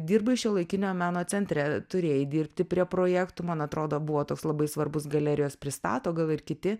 dirbai šiuolaikinio meno centre turėjai dirbti prie projektų man atrodo buvo toks labai svarbus galerijos pristato gal ir kiti